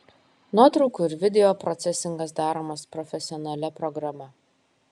nuotraukų ir video procesingas daromas profesionalia programa